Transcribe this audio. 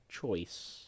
choice